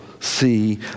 see